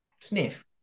Sniff